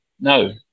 no